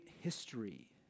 history